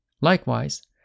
likewise